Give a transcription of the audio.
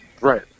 Right